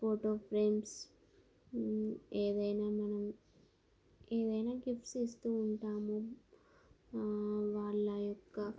photo frames ఏదైనా మనము ఏదైనా గిఫ్ట్స్ ఇస్తూ ఉంటాము వాళ్ళ యొక్క